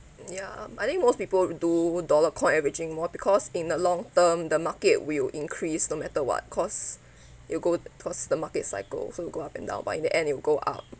ya but I think most people do dollar coin averaging more because in a long term the market will increase no matter what cause it will go towards the market cycle so it will go up and down but in the end it will go up